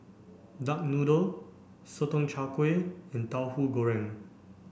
duck noodle Sotong Char Kway and Tauhu Goreng